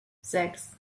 sechs